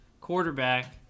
quarterback